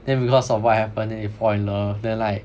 then because of what happened then they fall in love then like